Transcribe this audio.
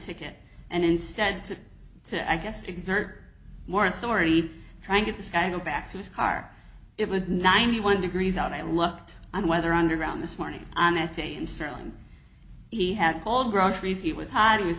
ticket and instead to i guess exert more authority trying get this guy go back to his car it was ninety one degrees out i lucked on weather underground this morning i met a in sterling he had called groceries he was h